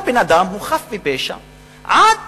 כל בן-אדם הוא חף מפשע עד